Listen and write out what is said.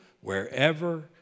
wherever